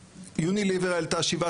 יוניליבר העלתה 7%,